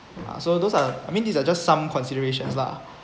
so those are I mean these are just some considerations lah